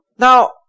Now